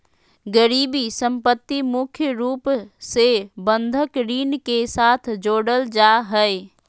गिरबी सम्पत्ति मुख्य रूप से बंधक ऋण के साथ जोडल जा हय